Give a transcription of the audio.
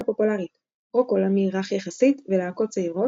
פופולרית רוק עולמי רך יחסית ולהקות צעירות,